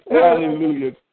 Hallelujah